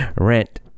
rent